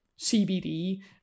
CBD